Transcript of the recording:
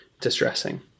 distressing